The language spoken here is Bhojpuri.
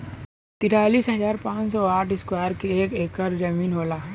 तिरालिस हजार पांच सौ और साठ इस्क्वायर के एक ऐकर जमीन होला